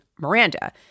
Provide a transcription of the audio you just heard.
Miranda